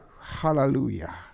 hallelujah